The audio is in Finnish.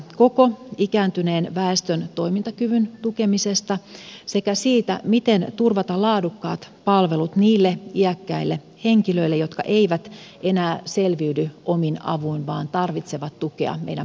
koko ikääntyneen väestön toimintakyvyn tukemisesta sekä siitä miten turvata laadukkaat palvelut niille iäkkäille henkilöille jotka eivät enää selviydy omin avuin vaan tarvitsevat tukea meidän palvelujärjestelmästämme